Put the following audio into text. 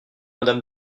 madame